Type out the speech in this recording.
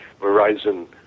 Verizon